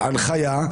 הנחייה,